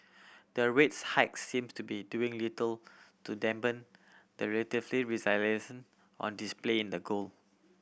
their rates hikes seem to be doing little to dampen the relatively resilience on display in the gold